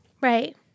Right